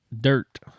dirt